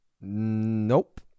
Nope